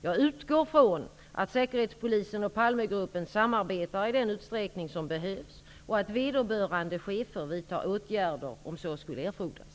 Jag utgår från att Säkerhetspolisen och Palmegruppen samarbetar i den utsträckning som behövs och att vederbörande chefer vidtar åtgärder om så skulle erfordras.